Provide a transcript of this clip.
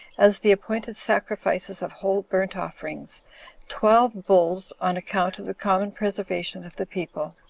as the appointed sacrifices of whole burnt-offerings, twelve bulls on account of the common preservation of the people,